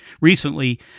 recently